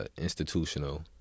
institutional